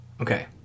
Okay